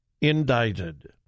indicted